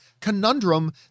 conundrum